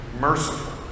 merciful